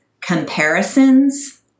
Comparisons